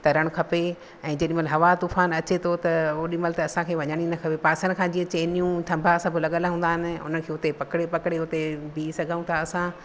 तरणु खपे ऐं जेॾीमहिल हवा तूफान अचे थो त ओॾीमहिल त असांखे वञण ई न खपे पासण खां जीअं चेनियूं थम्बा सभु लॻल हूंदा आहिनि उन खे उते पकड़े पकड़े उते बीह सघूं था असां